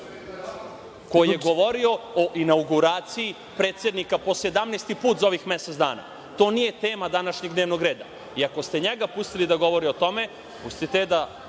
koji je govorio o inauguraciji predsednika po 17. put za ovih mesec dana. To nije tema današnjeg dnevnog reda. Ali, ako ste njega pustili da govori o tome, pustite da